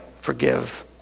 forgive